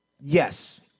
yes